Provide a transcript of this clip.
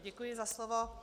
Děkuji za slovo.